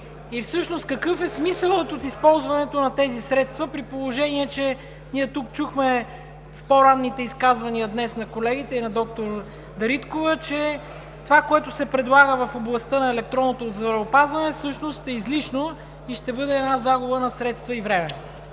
и какъв е смисълът от използването на тези средства, при положение че тук чухме в по-ранните изказвания днес на колегите и на д-р Дариткова, че това, което се предлага в областта на електронното здравеопазване, всъщност е излишно и ще бъде загуба на средства и време?